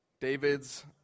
David's